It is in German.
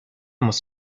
muss